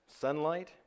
sunlight